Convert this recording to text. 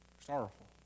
sorrowful